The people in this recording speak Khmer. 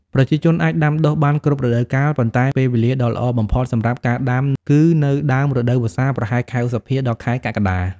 ប្រជាជនអាចដាំដុះបានគ្រប់រដូវកាល ប៉ុន្តែពេលវេលាដ៏ល្អបំផុតសម្រាប់ការដាំគឺនៅ ដើមរដូវវស្សា ប្រហែលខែឧសភា ដល់ខែកក្កដា។